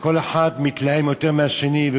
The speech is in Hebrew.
וכל אחד מתלהם יותר מהשני,